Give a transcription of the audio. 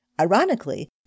Ironically